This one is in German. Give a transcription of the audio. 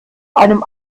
einem